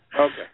Okay